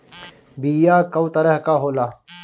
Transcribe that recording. बीया कव तरह क होला?